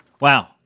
Wow